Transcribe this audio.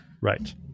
Right